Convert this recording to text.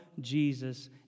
Jesus